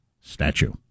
statue